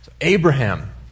Abraham